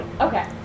Okay